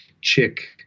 Chick